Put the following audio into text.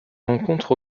rencontre